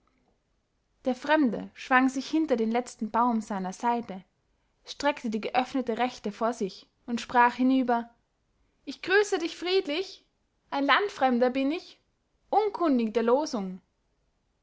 der fremde schwang sich hinter den letzten baum seiner seite streckte die geöffnete rechte vor sich und sprach hinüber ich grüße dich friedlich ein landfremder bin ich unkundig der